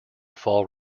fall